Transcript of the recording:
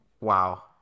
Wow